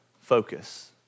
focus